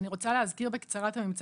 תלמידים